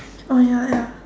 oh ya ya